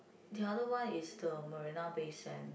the other one is the Marina Bay Sand